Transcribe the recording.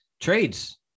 trades